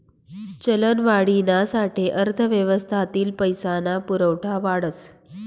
चलनवाढीना साठे अर्थव्यवस्थातील पैसा ना पुरवठा वाढस